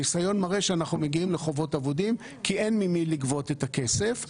הניסיון מראה שאנחנו מגיעים לחובות אבודים כי אין ממי לגבות את הכסף.